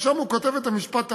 ושם הוא כותב את המשפט הבא,